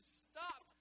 stop